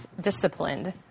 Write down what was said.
disciplined